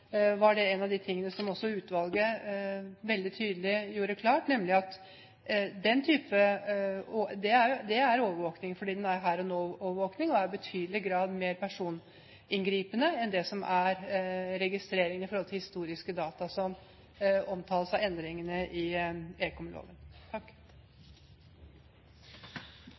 var at det er en type her-og-nå-overvåkning som i betydelig grad er mer personinngripende enn det som er registrering i forhold til historiske data som omtales i endringene i ekomloven.